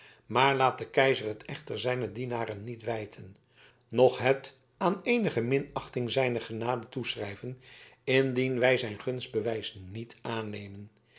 maar laat de keizer het echter zijnen dienaar niet wijten noch het aan eenige minachting zijner genade toeschrijven indien wij zijn gunstbewijs niet aannemen